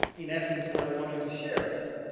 in essence, what i wanted to share.